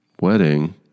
wedding